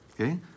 Okay